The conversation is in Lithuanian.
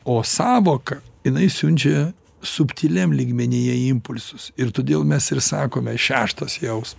o sąvoka jinai siunčia subtiliam lygmenyje impulsus ir todėl mes ir sakome šeštas jaus